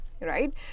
right